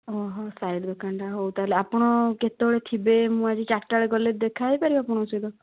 ଓହୋ ସାଇଡ଼୍ ଦୋକନଟା ହଉ ତା'ହେଲେ ଆପଣ କେତେବେଳେ ଥିବେ ମୁଁ ଆଜି ଚାରଟାବେଳେ ଗଲେ ଦେଖା ହେଇପାରିବ ଆପଣଙ୍କ ସହିତ